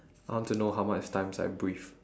I want to know how how much times I breathe